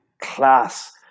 class